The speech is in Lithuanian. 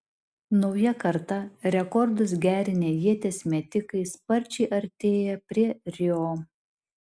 nauja karta rekordus gerinę ieties metikai sparčiai artėja prie rio